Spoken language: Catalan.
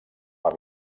per